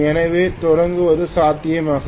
எனவே தொடங்குவது சாத்தியமாகும்